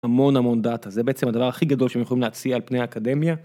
המון המון דאטה, זה בעצם הדבר הכי גדול שהם יכולים להציע על פני האקדמיה.